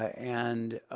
and,